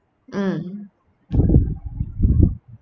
mm